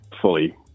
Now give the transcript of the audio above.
fully